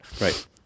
Right